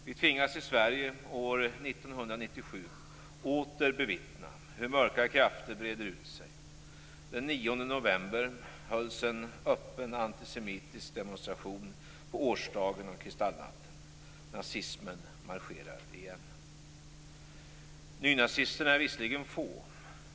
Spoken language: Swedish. Vi tvingas i Sverige år 1997 åter bevittna hur mörka krafter breder ut sig. Den 9 november hölls en öppen antisemitisk demonstration på årsdagen av Nynazisterna är visserligen få.